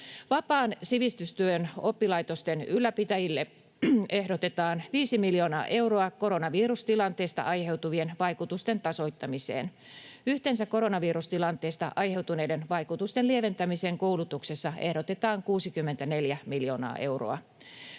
Vapaan sivistystyön oppilaitosten ylläpitäjille ehdotetaan 5 miljoonaa euroa koronavirustilanteesta aiheutuvien vaikutusten tasoittamiseen. Yhteensä koronavirustilanteesta aiheutuneiden vaikutusten lieventämiseen koulutuksessa ehdotetaan 64 miljoonaa euroa.